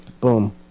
Boom